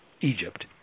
Egypt